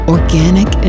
Organic